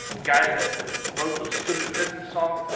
guy wrote those stupid christmas songs?